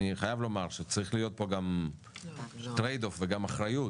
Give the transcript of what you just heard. אני חייב לומר שצריך להיות פה גם טרייד-אוף וגם אחריות